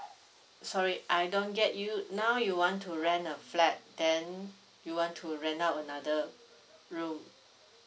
sorry I don't get you now you want to rent a flat then you want to rent out another room